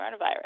coronavirus